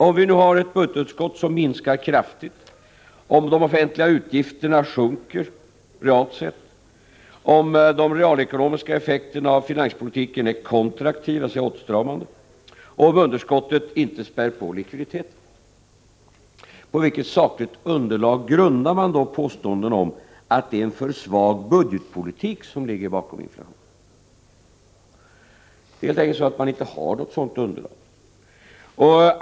Om vi har ett budgetunderskott som minskar kraftigt, om de offentliga utgifterna sjunker realt sett, om de realekonomiska effekterna av finanspolitiken är kontraktiva, dvs. åtstramande, och om underskottet inte spär på likviditeten, på vilket sakligt underlag grundar man då påståendena om att det är en för svag budgetpolitik som ligger bakom inflationen? Det är helt enkelt så, att man inte har något sådant underlag.